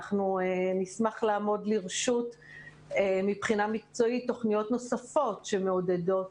נשמח לעמוד מבחינה מקצועית לתוכניות נוספות שמעודדות